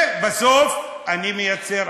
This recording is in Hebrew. ובסוף אני מייצר,